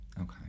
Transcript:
okay